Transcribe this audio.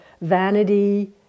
vanity